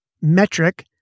metric